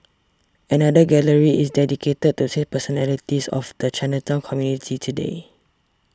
another gallery is dedicated to six personalities of the Chinatown community today